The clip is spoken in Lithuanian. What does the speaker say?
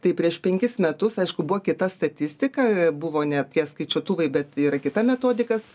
tai prieš penkis metus aišku buvo kita statistika buvo ne tie skaičiuotuvai bet yra kita metodikas